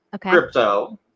crypto